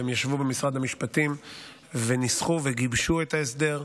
והם ישבו במשרד המשפטים וניסחו וגיבשו את ההסדר.